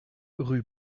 rue